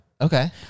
Okay